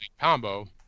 combo